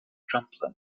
rumbling